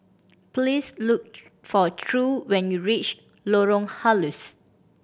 please look for True when you reach Lorong Halus